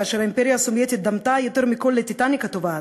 כאשר האימפריה הסובייטית דמתה יותר מכול ל"טיטניק" הטובעת,